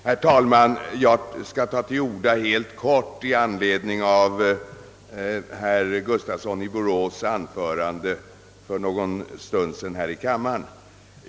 Herr talman! Jag skall ta till orda helt kort i anledning av herr Gustafssons i Borås anförande för någon stund sedan.